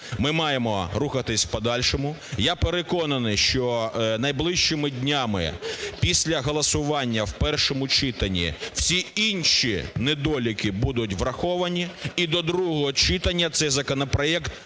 Ми маємо рухатись в подальшому. Я переконаний, що найближчими днями, після голосування в першому читанні, всі інші недоліки будуть враховані і до другого читання цей законопроект